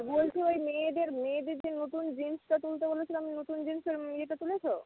বলছি ওই মেয়েদের মেয়েদের যে নতুন জিন্সটা তুলতে বলেছিলাম নতুন জিন্সের ইয়েটা তুলেছো